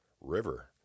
River